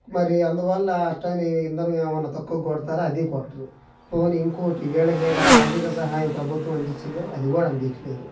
మరి అందువల్ల అలా అని ఇంధనం ఏమన్నా తక్కువకు కొడతారా అదీ కొట్టరు పోనీ ఇంకొకటి వీళ్ళకి ఏదైనా ఆర్థిక సహాయం ప్రభుత్వం అందించిందా అది కూడా అవ్వట్లేదు